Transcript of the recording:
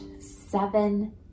seven